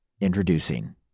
introducing